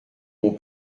mon